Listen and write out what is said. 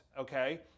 okay